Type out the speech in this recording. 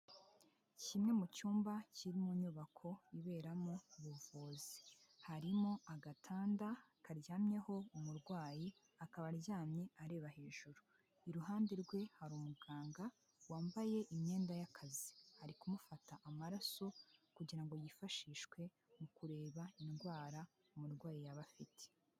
Kimwe mu cyumba kiri mu nyubako iberamo ubuvuzi, harimo agatanda karyamyeho umurwayi akaba aryamye areba hejuru iruhande rwe hari umuganga wambaye imyenda y'akazi ari kumufata amaraso kugira ngo yifashishwe mu kureba indwara umurwayi yaba afite.